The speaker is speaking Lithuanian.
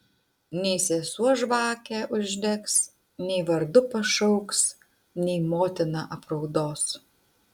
nei sesuo žvakę uždegs nei vardu pašauks nei motina apraudos